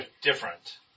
Different